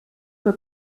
für